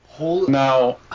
Now